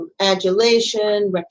adulation